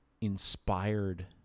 inspired